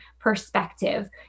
perspective